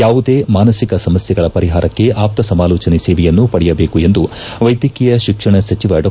ಯಾವುದೇ ಮಾನಸಿಕ ಸಮಸ್ನೆಗಳ ಪರಿಹಾರಕ್ಕೆ ಆಪ್ಪ ಸಮಾಲೋಚನೆ ಸೇವೆಯನ್ನು ಪಡೆಯದೇಕು ಎಂದು ವೈದ್ಯಕೀಯ ಶಿಕ್ಷಣ ಸಚಿವ ಡಾ